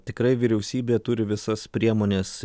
tikrai vyriausybė turi visas priemones